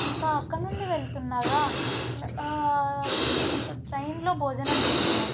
ఇంకా అక్కడ నుండి వెళ్తుండగా ట్రైన్లో భోజనం చేసాము